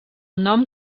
nom